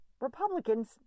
Republicans